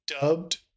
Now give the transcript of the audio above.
Dubbed